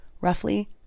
roughly